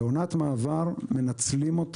אנחנו מנצלים את